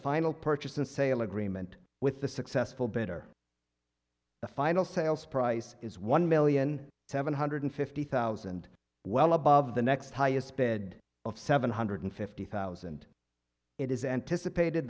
final purchase and sale agreement with the successful better the final sales price is one million seven hundred fifty thousand well above the next highest bed of seven hundred fifty thousand it is anticipated